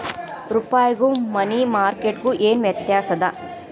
ರೂಪಾಯ್ಗು money market ಗು ಏನ್ ವ್ಯತ್ಯಾಸದ